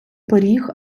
пиріг